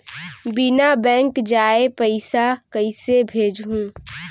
बिना बैंक जाये पइसा कइसे भेजहूँ?